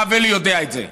הרב אלי יודע את זה,